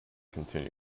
continue